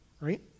right